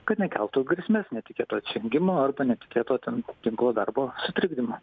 kad nekeltų grėsmės netikėto atsijungimo arba netikėto ten tinklo darbo sutrikdymo